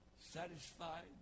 satisfied